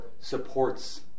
supports